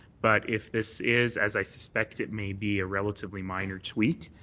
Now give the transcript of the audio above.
but if this is, as i suspect it may be, a relatively minor tweak,